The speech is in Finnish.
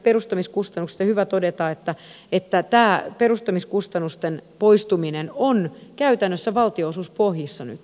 on hyvä todeta että tämä perustamiskustannusten poistuminen on käytännössä valtionosuuspohjissa nyt